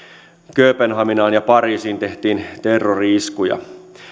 kööpenhaminaan ja pariisiin tehtiin terrori iskuja tämä